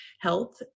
health